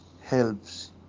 helps